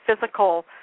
physical